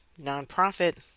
nonprofit